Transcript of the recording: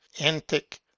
antic